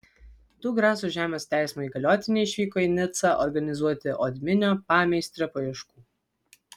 du graso žemės teismo įgaliotiniai išvyko į nicą organizuoti odminio pameistrio paieškų